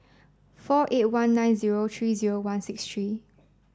four eight one nine zero tree zero one six tree